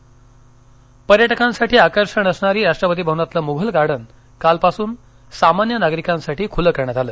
मघलगार्डन पर्यटकांसाठी आकर्षण असणारी राष्ट्रपती भवनातलं मुघल गार्डन कालपासून सामान्य नागरिकांसाठी खूलं करण्यात आलं